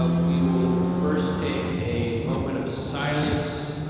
but we will first take a moment of silence,